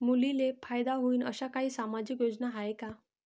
मुलींले फायदा होईन अशा काही सामाजिक योजना हाय का?